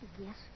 Yes